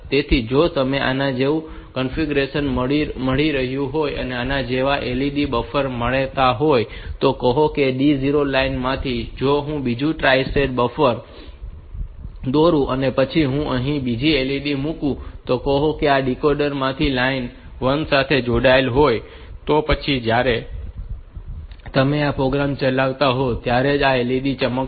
તેથી જો તમને આવું બીજું કન્ફિગ્યુરેશન મળ્યું હોય અને આના જેવી બીજી LED બફર મળી હોય તો કહો કે D0 લાઇન માંથી જો હું બીજું ટ્રાઇ સ્ટેટ બફર દોરું અને પછી હું અહીં બીજી LED મૂકું અને કહો કે જો આ ડીકૉડર માંથી લાઇન 1 સાથે જોડાયેલ હોય તો પછી જ્યારે તમે આ પ્રોગ્રામ ચલાવો છો ત્યારે જ આ LED ચમકશે